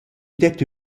detta